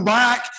back